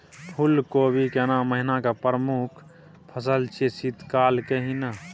फुल कोबी केना महिना के मुखय फसल छियै शीत काल के ही न?